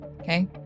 Okay